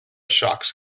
shocks